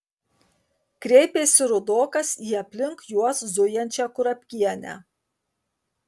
kreipėsi rudokas į aplink juos zujančią kurapkienę